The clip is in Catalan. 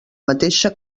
mateixa